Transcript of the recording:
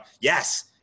yes